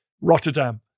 Rotterdam